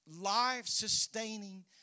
life-sustaining